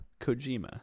Kojima